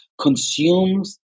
consumes